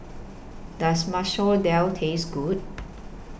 Does Masoor Dal Taste Good